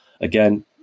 again